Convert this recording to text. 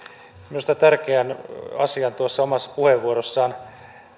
minusta tärkeän asian tuossa omassa puheenvuorossaan